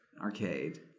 arcade